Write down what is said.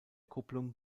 kupplung